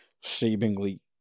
seemingly